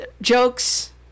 jokes